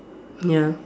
ya